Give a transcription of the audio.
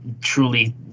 truly